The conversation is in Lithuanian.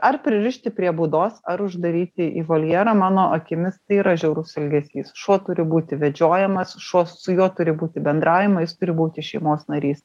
ar pririšti prie būdos ar uždaryti į voljerą mano akimis tai yra žiaurus elgesys šuo turi būti vedžiojamas šuo su juo turi būti bendraujama jis turi būti šeimos narys